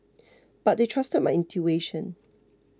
but they trusted my intuition